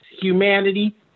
humanity